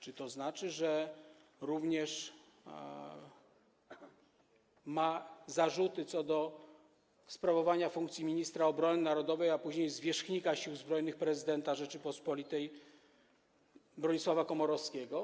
Czy to znaczy, że ma również zarzuty do sprawowania funkcji przez ministra obrony narodowej, a później zwierzchnika Sił Zbrojnych prezydenta Rzeczypospolitej Bronisława Komorowskiego?